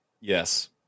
Yes